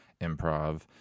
Improv